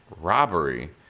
robbery